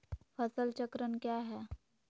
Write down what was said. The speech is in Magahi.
फसल चक्रण क्या है?